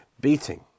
beating